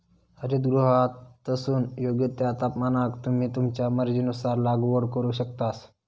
हरितगृहातसून योग्य त्या तापमानाक तुम्ही तुमच्या मर्जीनुसार लागवड करू शकतास